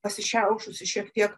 pasišiaušusi šiek tiek